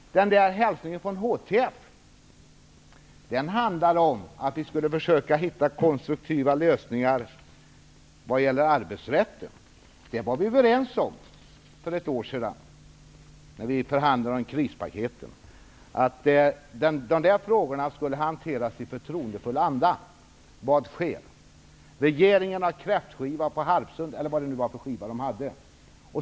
Hälsningen från HTF handlar om att vi skall försöka hitta konstruktiva lösningar vad gäller arbetsrätten. För ett år sedan, när vi förhandlade om krispaketen, var vi överens om att dessa frågor skulle hanteras i förtroendefull anda. Vad skedde? Jo, regeringen hade kräftskiva, eller vad det var för sorts skiva, på Harpsund.